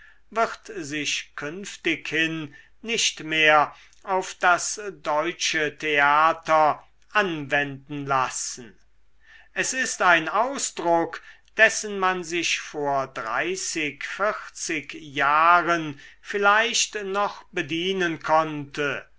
wird sich künftighin nicht mehr auf das deutsche theater anwenden lassen es ist ein ausdruck dessen man sich vor dreißig vierzig jahren vielleicht noch bedienen konnte